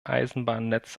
eisenbahnnetz